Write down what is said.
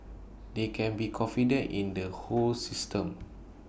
they can be confident in the whole system